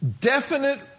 definite